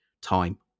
time